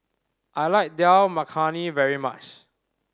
I like Dal Makhani very much